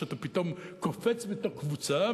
שאתה פתאום קופץ מתוך קבוצה,